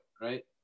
right